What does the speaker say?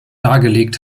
dargelegt